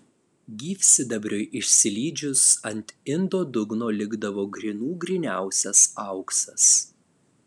gyvsidabriui išsilydžius ant indo dugno likdavo grynų gryniausias auksas